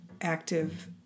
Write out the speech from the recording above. active